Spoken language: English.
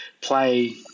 play